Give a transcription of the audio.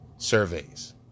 Surveys